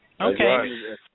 Okay